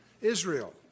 Israel